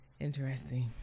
Interesting